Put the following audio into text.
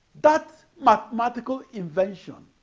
that mathematical invention